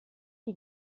die